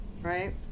right